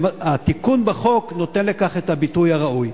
והתיקון בחוק נותן לכך את הביטוי הראוי.